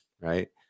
right